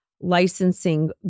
licensing